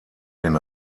den